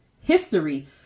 history